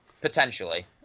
potentially